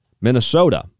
Minnesota